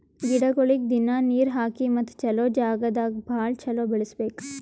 ಗಿಡಗೊಳಿಗ್ ದಿನ್ನಾ ನೀರ್ ಹಾಕಿ ಮತ್ತ ಚಲೋ ಜಾಗ್ ದಾಗ್ ಭಾಳ ಚಲೋ ಬೆಳಸಬೇಕು